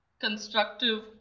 constructive